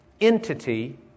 entity